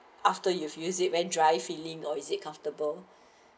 after you use it very dry feeling or is it comfortable